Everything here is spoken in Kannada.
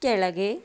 ಕೆಳಗೆ